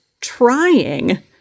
trying